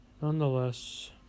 Nonetheless